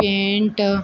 paint